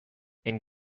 and